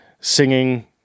singing